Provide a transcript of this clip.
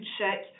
check